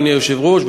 אדוני היושב-ראש,